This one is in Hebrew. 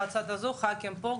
זה אחד הפרקים החשובים